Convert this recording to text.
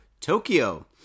Tokyo